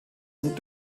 und